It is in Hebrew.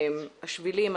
השבילים,